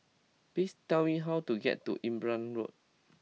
please tell me how to get to Imbiah Road